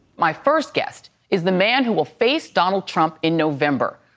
my first guest is the man who will face donald trump in november,